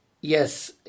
yes